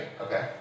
Okay